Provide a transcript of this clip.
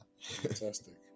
Fantastic